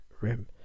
Rim